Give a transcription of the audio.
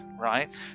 right